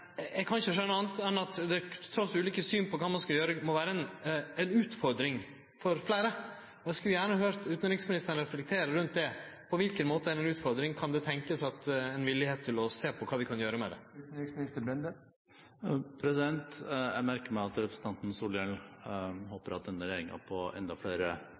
Eg kan ikkje skjøne anna enn at det, trass ulike syn på kva ein skal gjere, må vere ei utfordring for fleire, og eg skulle gjerne høyrt utanriksministeren reflektere rundt det. På kva måte når det gjeld utfordringar, kan det tenkjast at ein er villig til å sjå på kva vi kan gjere med det? Jeg merker meg at representanten Solhjell håper at denne regjeringen på enda flere punkter vil legge seg på